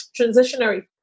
transitionary